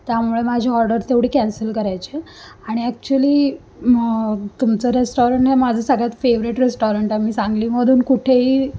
त्यामुळे माझी ऑर्डर तेवढी कॅन्सल करायची आहे आणि ॲक्च्युली तुमचं रेस्टॉरंट आहे माझं सगळ्यात फेवरेट रेस्टॉरंट आहे मी सांगलीमधून कुठेही